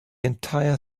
entire